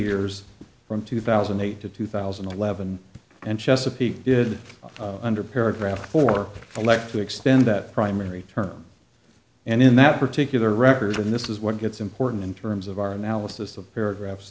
years from two thousand and eight to two thousand and eleven and chesapeake did under paragraph or elect to extend that primary term and in that particular record and this is what gets important in terms of our analysis of paragraphs